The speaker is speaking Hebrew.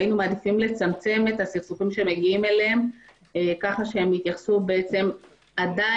והיינו מעדיפים לצמצם את הסכסוכים שמגיעים אליהם כך שיתייחסו עדיין